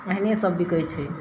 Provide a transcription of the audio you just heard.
एहने सभ बिकै छै